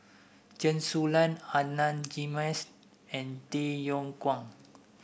Chen Su Lan Adan Jimenez and Tay Yong Kwang